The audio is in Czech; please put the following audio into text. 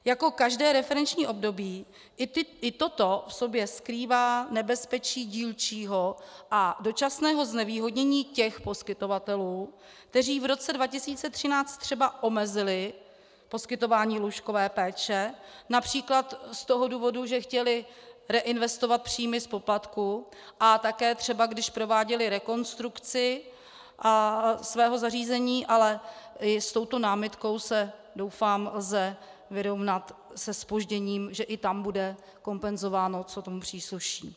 Jako každé referenční období i toto v sobě skrývá nebezpečí dílčího a dočasného znevýhodnění těch poskytovatelů, kteří v roce 2013 třeba omezili poskytování lůžkové péče, například z toho důvodu, že chtěli reinvestovat příjmy z poplatků, a také třeba když prováděli rekonstrukci svého zařízení, ale i s touto námitkou se doufám lze vyrovnat se zpožděním, že i tam bude kompenzováno, co tomu přísluší.